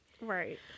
Right